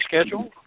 schedule